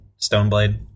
Stoneblade